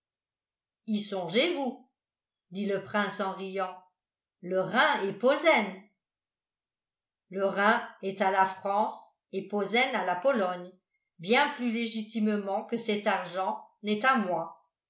y songez-vous dit le prince en riant le rhin et posen le rhin est à la france et posen à la pologne bien plus légitimement que cet argent n'est à moi